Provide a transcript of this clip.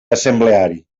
assembleari